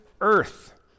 earth